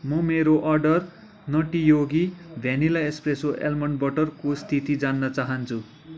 म मेरो order Nutty Yogi vanilla espresso almond बटरको स्थिति जान्न चाहन्छु